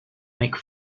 make